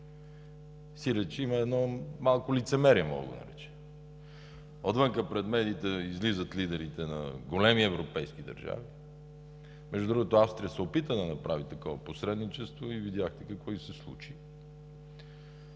Сиреч има едно малко лицемерие, мога да го нарека – отвън пред медиите излизат лидерите на големи европейски държави… Между другото, Австрия се опита да направи такова посредничество и видяхте какво ѝ се случи.